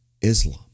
Islam